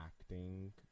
acting